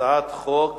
הצעת חוק